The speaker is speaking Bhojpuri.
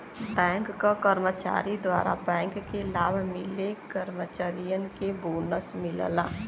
बैंक क कर्मचारी द्वारा बैंक के लाभ मिले कर्मचारियन के बोनस मिलला